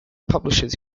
publishers